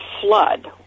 flood